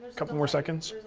couple more seconds?